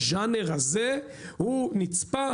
הז'אנר הזו הוא נצפה,